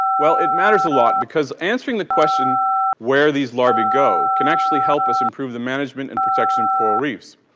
well it matters a lot because answering the question where these larvae go can actually help us improve the management and protection of coral reefs.